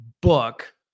book